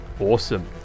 awesome